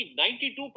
92%